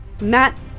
Matt